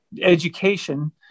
education